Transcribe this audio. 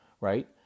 right